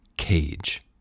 Cage